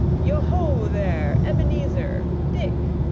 yo ho, there! ebenezer! dick!